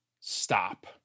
stop